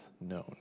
known